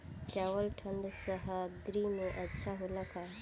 चावल ठंढ सह्याद्री में अच्छा होला का?